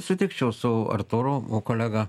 sutikčiau su artūru o kolega